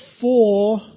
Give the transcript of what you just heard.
four